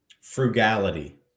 frugality